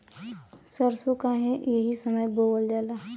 सरसो काहे एही समय बोवल जाला?